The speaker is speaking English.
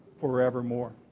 forevermore